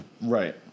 Right